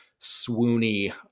swoony